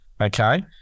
okay